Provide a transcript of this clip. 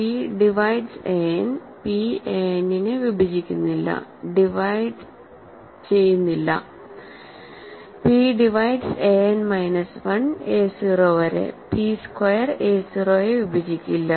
p divides a n p a n നെ വിഭജിക്കുന്നില്ല p divides a n minus 1 a 0 വരെ p square a 0 യെ വിഭജിക്കില്ല